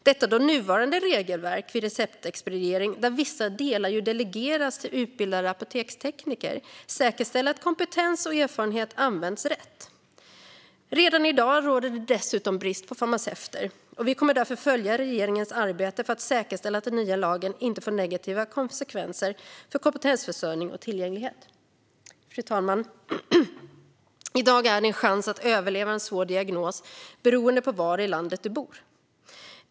Redan det nuvarande regelverket vid receptexpediering, där vissa delar ju delegeras till utbildade apotekstekniker, säkerställer att kompetens och erfarenhet används rätt. Redan i dag råder det dessutom brist på farmaceuter. Vi kommer därför att följa regeringens arbete för att säkerställa att den nya lagen inte får negativa konsekvenser för kompetensförsörjning och tillgänglighet. Fru talman! I dag är chansen att överleva en svår diagnos beroende av var i landet man bor.